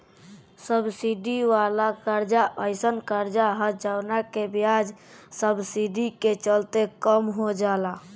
subsidy वाला कर्जा एयीसन कर्जा ह जवना के ब्याज सब्सिडी के चलते कम हो जाला